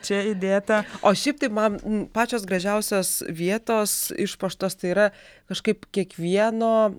čia įdėta o šiaip tai man pačios gražiausios vietos išpuoštos tai yra kažkaip kiekvieno